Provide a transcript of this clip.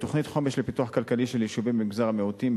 תוכנית חומש לפיתוח כלכלי של יישובים במגזר המיעוטים,